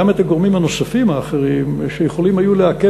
גם את הגורמים הנוספים האחרים שיכולים היו לעכב